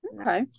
okay